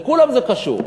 לכולם זה קשור.